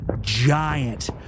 giant